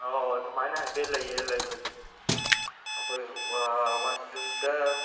ꯑꯧ ꯑꯗꯨꯃꯥꯏꯅ ꯍꯥꯏꯐꯦꯠ ꯂꯩꯌꯦ ꯂꯩꯕꯗꯤ ꯑꯩꯈꯣꯏ ꯋꯥꯟ ꯀꯤꯂꯣꯃꯤꯇꯔ